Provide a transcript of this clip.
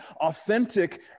authentic